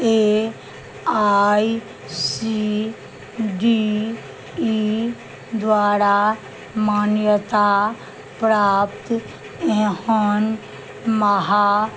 A I C D E द्वारा मान्यता प्राप्त एहन महा